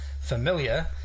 familiar